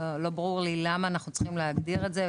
לא ברור לי למה אנחנו צריכים להגדיר את זה.